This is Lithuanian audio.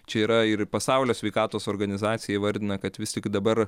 čia yra ir pasaulio sveikatos organizacija įvardina kad vis tik dabar